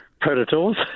Predators